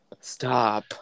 Stop